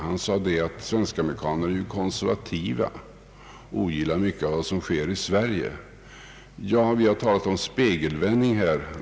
Han sade att svenskamerikaner är konservativa och ogillar mycket av vad som sker i Sverige. Ja, vi har talat om spegelvändning.